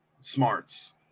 smarts